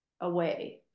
away